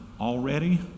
already